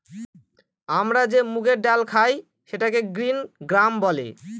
আমরা যে মুগের ডাল খায় সেটাকে গ্রিন গ্রাম বলে